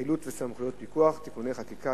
(חילוט וסמכויות פיקוח) (תיקוני חקיקה),